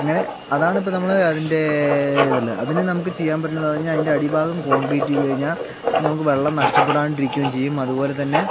അങ്ങനെ അതാണിപ്പോൾ നമ്മൾ അതിൻ്റെ ഇതെല്ലം അതിനു നമുക്ക് ചെയ്യാൻ പറ്റുന്നതെന്നു പറഞ്ഞാൽ അതിൻ്റെ അടിഭാഗം കോൺക്രീറ്റ് ചെയ്ത് കഴിഞ്ഞാൽ നമുക്ക് വെള്ളം നഷ്ടപ്പെടാണ്ടിരിക്കുകയും ചെയ്യും അതുപോലെ തന്നെ